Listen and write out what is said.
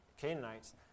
Canaanites